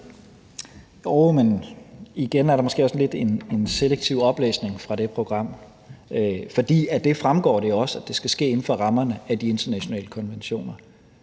igen er der måske også lidt en selektiv oplæsning fra det program, for af det fremgår det også, at det skal ske inden for rammerne af de internationale konventioner.